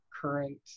current